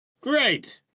Great